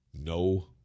No